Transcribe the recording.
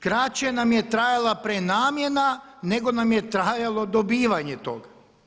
Kraće nam je trajala prenamjena nego nam je trajalo dobivanje toga.